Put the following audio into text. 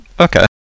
Okay